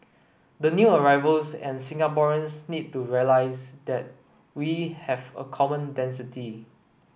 the new arrivals and Singaporeans need to realise that we have a common density